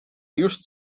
just